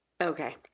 okay